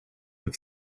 have